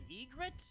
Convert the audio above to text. egret